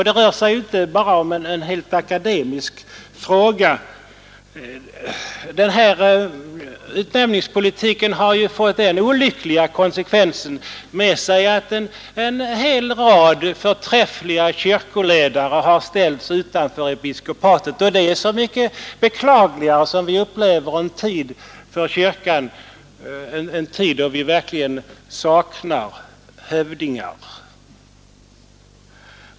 Det rör sig här inte bara om en akademisk fråga. Utnämningspolitiken har fått den olyckliga konsekvensen att en hel rad förträffliga kyrkoledare ställts utanför episkopatet, och detta är så mycket mer beklagligt som vi nu upplever en tid då kyrkan verkligen saknar hövdingar.